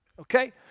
Okay